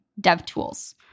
DevTools